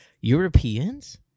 Europeans